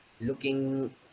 Looking